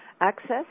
access